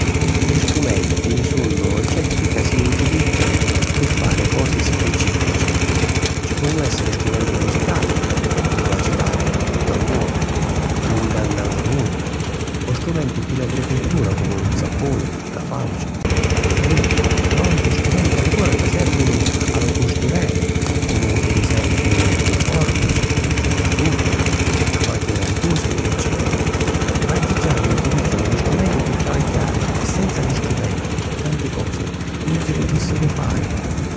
Li strumenti sunnu oggetti ca si utilìzzanu pi fari cosi specìfici. Ci ponnu èssiri strumenti musicali comu la citarra, lu tammuru, lu ngannalarruni o strumenti pi l’agricultura comu lu zappuni, la fàuci, la virrina o àutri strumenti ancora ca sèrvinu a lu custureri comu pir esempiu li fòrfici, l'agugghia, la màchina di cùsiri eccètera. L'artigiani utilìzzanu li strumenti pi travagghiari e senza li strumenti, tanti cosi nun si putìssiru fari.